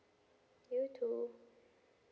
you too